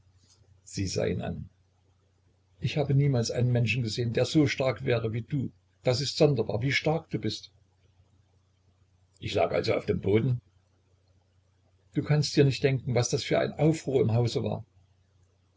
sie sah ihn an ich habe niemals einen menschen gesehen der so stark wäre wie du das ist sonderbar wie stark du bist ich lag also auf dem boden du kannst dir nicht denken was das für ein aufruhr im hause war